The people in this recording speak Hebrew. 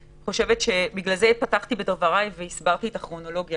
בגלל זה פתחתי בדבריי בהסבר של הכרונולוגיה.